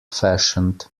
fashioned